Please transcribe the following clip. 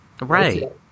Right